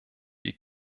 die